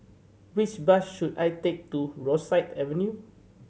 which bus should I take to Rosyth Avenue